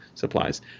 supplies